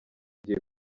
gihe